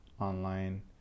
online